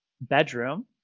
bedroom